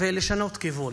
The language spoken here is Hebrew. ולשנות כיוון.